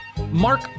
Mark